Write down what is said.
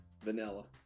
Vanilla